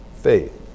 Faith